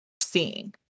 seeing